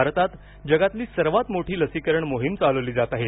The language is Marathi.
भारतात जगातली सर्वांत मोठी लसीकरण मोहीम चालवली जात आहे